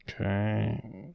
Okay